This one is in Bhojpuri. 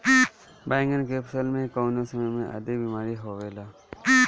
बैगन के फसल में कवने समय में अधिक बीमारी आवेला?